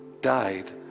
died